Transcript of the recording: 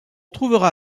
trouvera